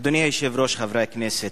אדוני היושב-ראש, חברי הכנסת,